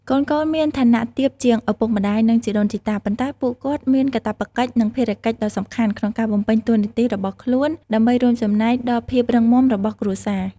កូនៗមានឋានៈទាបជាងឪពុកម្ដាយ និងជីដូនជីតា ប៉ុន្តែពួកគាត់មាន កាតព្វកិច្ច និងភារកិច្ចដ៏សំខាន់ ក្នុងការបំពេញតួនាទីរបស់ខ្លួនដើម្បីរួមចំណែកដល់ភាពរឹងមាំរបស់គ្រួសារ។